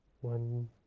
one